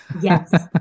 Yes